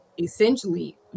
essentially